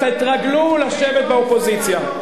תתרגלו לשבת באופוזיציה.